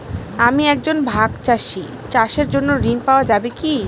আমি একজন ভাগ চাষি চাষের জন্য ঋণ পাওয়া যাবে কি?